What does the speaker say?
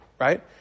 right